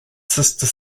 sister